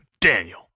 daniel